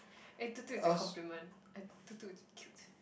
eh toot-toot is a compliment and toot-toot is cute